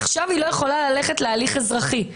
עכשיו היא לא יכולה ללכת להליך אזרחי.